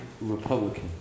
Republican